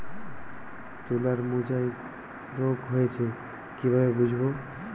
তুলার মোজাইক রোগ হয়েছে কিভাবে বুঝবো?